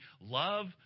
Love